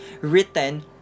written